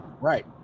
right